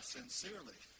sincerely